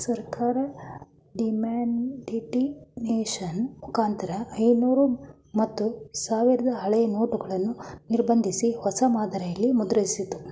ಸರ್ಕಾರ ಡಿಮಾನಿಟೈಸೇಷನ್ ಮುಖಾಂತರ ಐನೂರು ಮತ್ತು ಸಾವಿರದ ಹಳೆಯ ನೋಟುಗಳನ್ನು ನಿರ್ಬಂಧಿಸಿ, ಹೊಸ ಮಾದರಿಯಲ್ಲಿ ಮುದ್ರಿಸಿತ್ತು